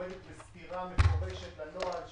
עומדת בסתירה מפורשת לנוהל.